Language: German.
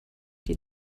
die